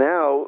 Now